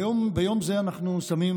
ביום זה אנחנו שמים,